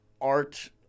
art